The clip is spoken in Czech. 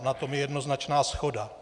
Na tom je jednoznačná shoda.